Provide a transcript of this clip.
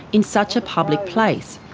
in such a public place.